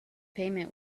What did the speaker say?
payment